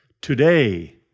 Today